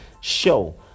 show